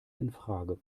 infrage